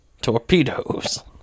Torpedoes